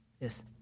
Yes